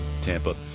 Tampa